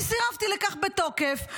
אני סירבתי לכך בתוקף.